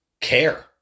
care